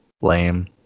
lame